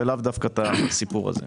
ולאו דווקא את הסיפור הזה.